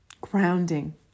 grounding